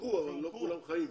שהוכרו אבל לא כולם חיים.